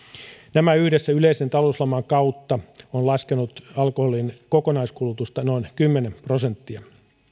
tämä yhdessä yleisen talouslaman kanssa on laskenut alkoholin kokonaiskulutusta noin kymmenen prosenttia